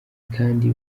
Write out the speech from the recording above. kandi